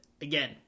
again